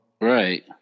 right